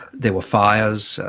there were fires,